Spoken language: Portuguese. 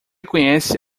conhece